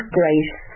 grace